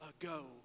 ago